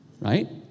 right